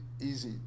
easy